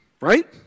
right